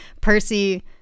Percy